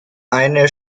eine